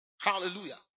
Hallelujah